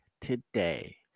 today